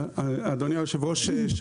הממשלה לא משקיעה אף פעם זה דבר חדש?